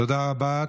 תודה רבה.